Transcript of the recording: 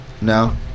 No